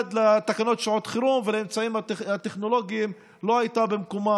מייד לתקנות שעת חירום ולאמצעים הטכנולוגיים לא הייתה במקומה,